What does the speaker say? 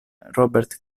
robert